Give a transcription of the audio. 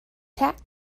tack